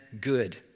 good